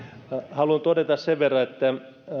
haluan todeta sen verran että